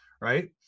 right